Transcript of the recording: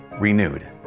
Renewed